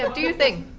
do your thing.